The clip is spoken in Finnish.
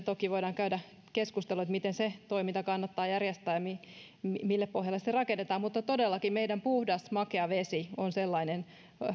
toki voidaan käydä keskustelua miten se toiminta kannattaa järjestää ja mille pohjalle se rakennetaan mutta todellakin meidän puhdas makea vesi on sellainen